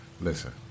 listen